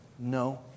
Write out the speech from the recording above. No